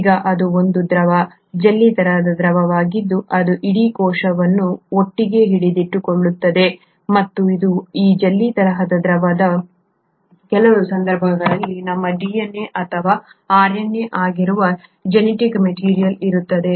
ಈಗ ಇದು ಒಂದು ದ್ರವ ಜೆಲ್ಲಿ ತರಹದ ದ್ರವವಾಗಿದ್ದು ಅದು ಇಡೀ ಕೋಶವನ್ನು ಒಟ್ಟಿಗೆ ಹಿಡಿದಿಟ್ಟುಕೊಳ್ಳುತ್ತದೆ ಮತ್ತು ಇದು ಈ ಜೆಲ್ಲಿ ತರಹದ ದ್ರವದಲ್ಲಿದೆ ಕೆಲವು ಸಂದರ್ಭಗಳಲ್ಲಿ ನಮ್ಮ DNA ಅಥವಾ RNA ಆಗಿರುವ ಜೆನೆಟಿಕ್ ಮೆಟೀರಿಯಲ್ ಇರುತ್ತದೆ